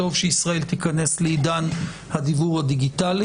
טוב שישראל תיכנס לעידן הדיוור הדיגיטלי